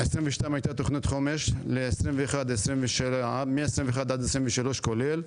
ב-22' היתה תכנית חומש מ-21' עד 23' כולל.